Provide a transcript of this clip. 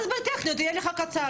אז בהחלטות טכניות יהיה לך קצר.